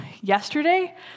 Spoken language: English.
yesterday